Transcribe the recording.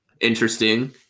interesting